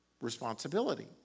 Responsibility